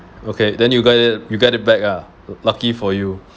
okay then you got it you got it back ah lucky for you